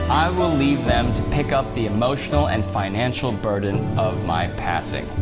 i will leave them to pick up the emotional and financial burden of my passing.